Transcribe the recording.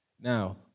Now